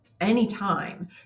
anytime